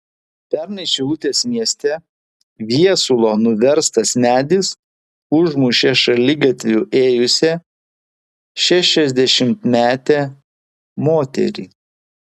pernai šilutės mieste viesulo nuverstas medis užmušė šaligatviu ėjusią šešiasdešimtmetę moterį